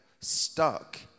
stuck